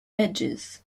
edges